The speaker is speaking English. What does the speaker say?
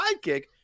sidekick